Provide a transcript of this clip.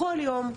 יום,